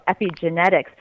epigenetics